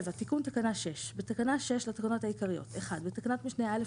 תיקון תקנה 6 7. בתקנה 6 לתקנות העיקריות - בתקנת משנה (א),